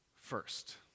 First